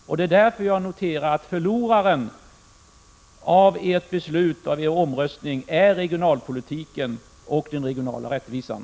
Och jag noterar att förlorarna på grund av ert beslut och er omröstning är regionalpolitiken och den regionala rättvisan.